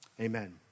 Amen